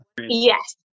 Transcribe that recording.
Yes